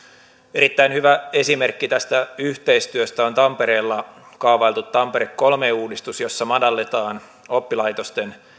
erittäin hyvä esimerkki tästä yhteistyöstä on tampereella kaavailtu tampere kolme uudistus jossa madalletaan oppilaitosten